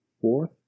fourth